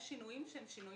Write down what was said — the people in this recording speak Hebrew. יש שינויים שהם טכניים.